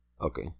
okay